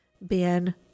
Ben